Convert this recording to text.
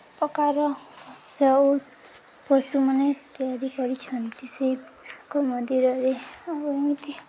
ପ୍ରକାର ପଶୁମାନେ ତିଆରି କରିଛନ୍ତି ସେଇଙ୍କ ମନ୍ଦିରରେ ଆଉ ଏମିତି